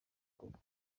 koko